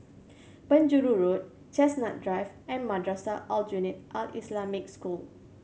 Penjuru Road Chestnut Drive and Madrasah Aljunied Al Islamic School